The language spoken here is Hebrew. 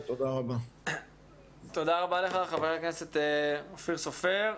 תודה רבה לך חבר הכנסת אופיר סופר.